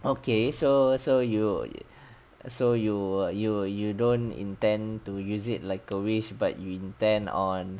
okay so so you you so you you you don't intend to use it like a wish but you intend on